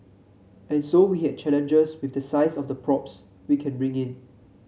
and so we had challenges with the size of the props we can bring in